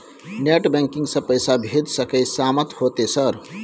Net banking से पैसा भेज सके सामत होते सर?